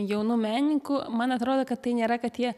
jaunų menininkų man atrodo kad tai nėra kad jie